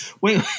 Wait